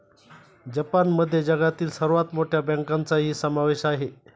जपानमध्ये जगातील सर्वात मोठ्या बँकांचाही समावेश आहे